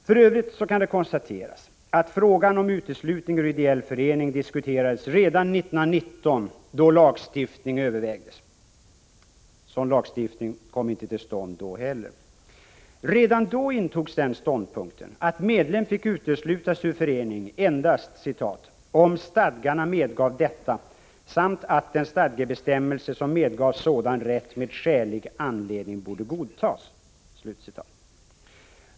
För övrigt kan konstateras att frågan om uteslutning ur ideell förening diskuterades redan 1919, då lagstiftning övervägdes. Sådan lagstiftning kom inte till stånd då heller. Redan då intogs den ståndpunkten, att medlem fick uteslutas ur förening ”endast om stadgarna medgav detta samt att den stadgebestämmelse som medgav sådan rätt med skälig anledning borde godtas”.